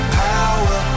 power